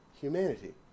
humanity